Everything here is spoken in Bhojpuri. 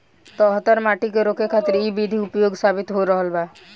दहतर माटी के रोके खातिर इ विधि उपयोगी साबित हो रहल बा